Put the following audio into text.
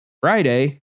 Friday